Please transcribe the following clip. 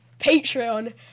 Patreon